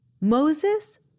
Moses